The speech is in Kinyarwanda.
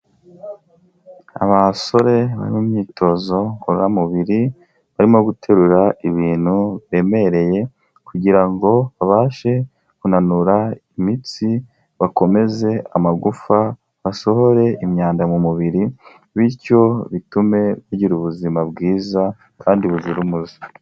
Abasore bari mu myitozo ngororamubiri, barimo guterura ibintu biremereye kugira ngo babashe kunanura imitsi, bakomeze amagufa, basohore imyanda mu mubiri bityo bitume bagira ubuzima bwiza kandi buzira umuze.